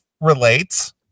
relates